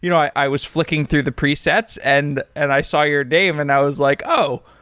you know i i was flicking through the presets and and i saw your name and i was like, oh!